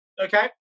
Okay